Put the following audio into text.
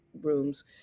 rooms